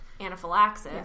anaphylaxis